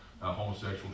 homosexual